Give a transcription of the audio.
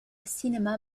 السينما